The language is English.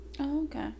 okay